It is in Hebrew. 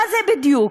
מה זה בדיוק?